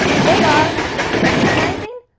they are recognizing,